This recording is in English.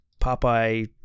Popeye